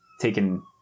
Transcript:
taken